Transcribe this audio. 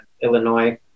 Illinois